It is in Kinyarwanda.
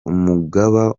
umugaba